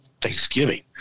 Thanksgiving